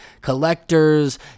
collectors